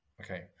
Okay